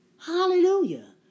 Hallelujah